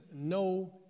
no